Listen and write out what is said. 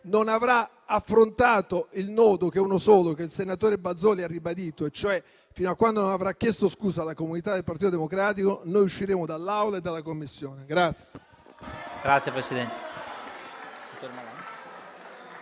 non avrà affrontato il nodo, che è uno solo e che il senatore Bazoli ha ribadito, cioè fino a quando non avrà chiesto scusa alla comunità del Partito Democratico, usciremo dall'Aula e dalla Commissione.